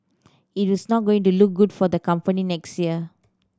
it is not going to look good for the company next year